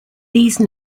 these